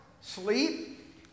sleep